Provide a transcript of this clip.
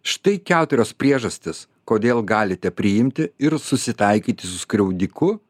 štai keturios priežastys kodėl galite priimti ir susitaikyti su skriaudiku